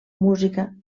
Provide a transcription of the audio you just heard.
música